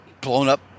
blown-up